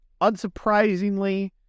Unsurprisingly